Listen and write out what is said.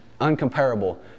uncomparable